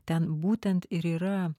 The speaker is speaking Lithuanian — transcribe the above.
ten būtent ir yra